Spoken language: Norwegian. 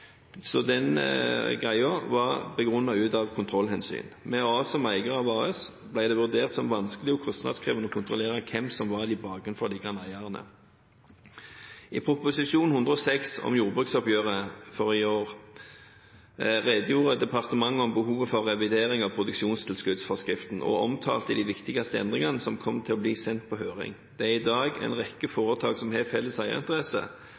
Så det var begrunnet ut fra kontrollhensyn. Med AS som eier av AS ble det vurdert som vanskelig og kostnadskrevende å kontrollere hvem som var de bakenforliggende eierne. I Prop. 106 S om jordbruksoppgjøret forrige år redegjorde departementet for behovet for revidering av produksjonstilskuddsforskriften og omtalte de viktigste endringene som kom til å bli sendt på høring. Det er i dag en rekke foretak som har felles